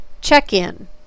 Check-in